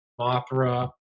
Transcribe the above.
Mothra